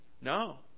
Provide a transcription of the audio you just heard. No